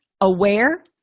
aware